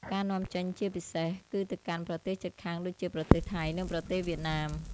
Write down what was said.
ការនាំចេញជាពិសេស គឺទៅកាន់ប្រទេសជិតខាងដូចជាប្រទេសថៃ និងប្រទេសវៀតណាម។